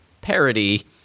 parody